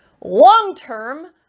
long-term